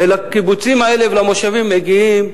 ולקיבוצים האלה ולמושבים מגיעים,